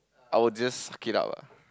I would just suck it up ah